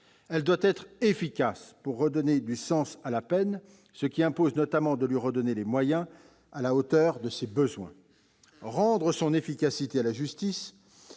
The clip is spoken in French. doit être efficace pour redonner du sens à la peine, ce qui impose notamment de lui redonner des moyens à hauteur de ses besoins. Rendre son efficacité à la justice